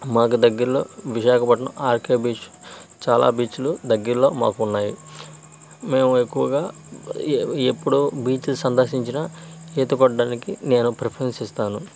మాకు దగ్గరలో Visakhapatnam RK beach చాలా బీచ్లు దగ్గరలో మాకు ఉన్నాయి మేము ఎక్కువగా ఎప్పుడో బీచ్ని సందర్శించినా ఈత కొట్టడానికి నేను ప్రిఫెరెన్స్ ఇస్తాను